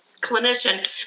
clinician